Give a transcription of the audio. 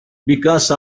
because